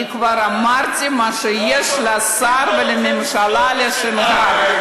אני כבר אמרתי מה שיש לשר ולממשלה לומר על השנהב.